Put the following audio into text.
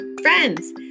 Friends